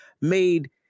made